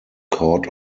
court